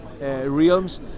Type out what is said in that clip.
realms